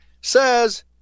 says